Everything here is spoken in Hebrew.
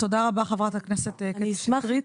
תודה רבה, חברת הכנסת קטי שטרית.